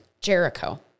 Jericho